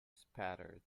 spattered